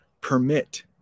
Permit